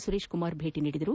ಸುರೇಶ್ ಕುಮಾರ್ ಭೇಟಿ ನೀಡಿದರು